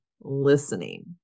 listening